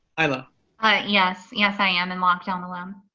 um ah ah yes, yes i am in lockdown alone.